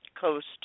Coast